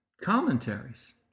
commentaries